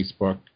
Facebook